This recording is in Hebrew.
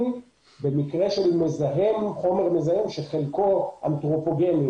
במקרה של חומר מזהם שחלקו אנטרופוגני,